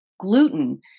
gluten